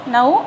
Now